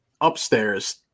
upstairs